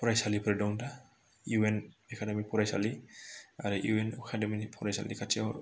फराइसालिफोर दं दा इउएन एकाडेमि फराइसालि आरो इउएन एकाडेमि नि फराइसालि खाथियाव